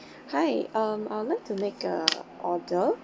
hi um I would like to make an order